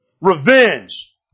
Revenge